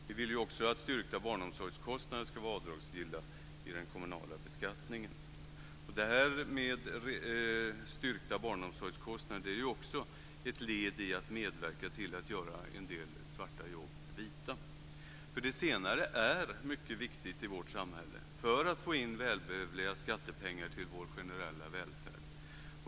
Vi vill också att styrkta barnomsorgskostnader ska vara avdragsgilla i den kommunala beskattningen. Det här med styrkta barnomsorgskostnader är också ett led i att medverka till att göra en del svarta jobb vita. Det senare är mycket viktigt i vårt samhälle för att få in välbehövliga skattepengar till vår generella välfärd.